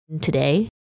today